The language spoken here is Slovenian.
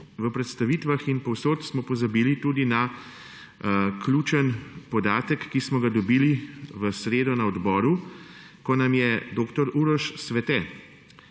V predstavitvah in povsod smo pozabili tudi na ključen podatek, ki smo ga dobili v sredo na odboru, ko nam je dr. Uroš Svete